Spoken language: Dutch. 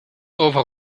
over